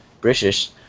British